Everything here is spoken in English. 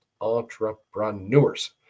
entrepreneurs